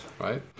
right